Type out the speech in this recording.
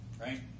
right